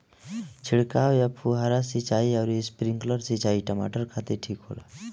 छिड़काव या फुहारा सिंचाई आउर स्प्रिंकलर सिंचाई टमाटर खातिर ठीक होला?